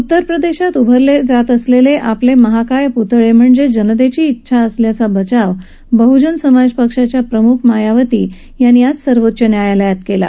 उत्तर प्रदेशात उभारले जात असलेले आपले महाकाय पुतळे म्हणजे जनतेची इच्छा असल्याचा बचाव बहुजन समाज पक्षाच्या प्रमुख मायावती यांनी आज सर्वोच्च न्यायालयात केला